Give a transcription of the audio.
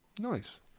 nice